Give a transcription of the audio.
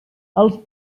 els